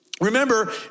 Remember